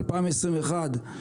ב-2021,